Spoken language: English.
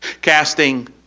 casting